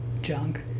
junk